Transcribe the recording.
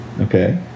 Okay